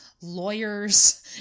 lawyers